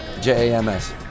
J-A-M-S